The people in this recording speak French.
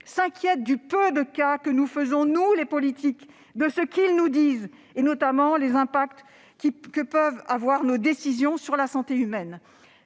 s'inquiètent du peu de cas que nous, les politiques, faisons de ce qu'ils nous disent, notamment sur les impacts que peuvent avoir nos décisions sur la santé humaine.